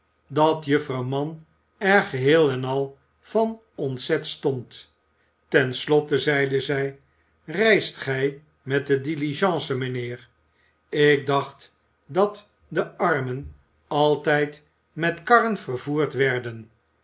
dat juffrouw mann er geheel en al van ontzet stond ten slotte zeide zij reist gij met de diligence mijnheer ik dacht dat de armen altijd met karren vervoerd werden